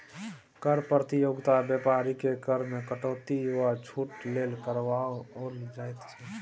कर प्रतियोगिता बेपारीकेँ कर मे कटौती वा छूट लेल करबाओल जाइत छै